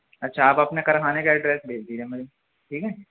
اچھا آپ اپنے کار خانے کا ایڈریس بھیج دیجیے مجھے ٹھیک ہے